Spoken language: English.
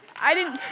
i didn't